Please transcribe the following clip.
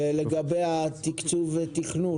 ולגבי התקצוב והתכנון,